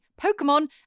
Pokemon